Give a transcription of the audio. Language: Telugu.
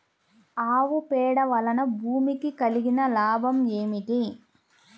ఆవు పేడ వలన భూమికి కలిగిన లాభం ఏమిటి?